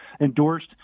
endorsed